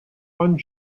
one